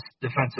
defensive